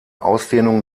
ausdehnung